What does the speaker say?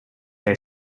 der